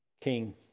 King